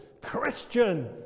Christian